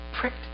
pricked